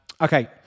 Okay